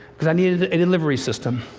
because i needed a delivery system.